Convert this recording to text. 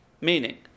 Meaning